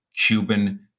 Cuban